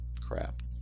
crap